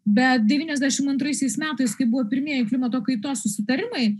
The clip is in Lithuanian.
bet devyniasdešimt antraisiais metais kai buvo pirmieji klimato kaitos susitarimai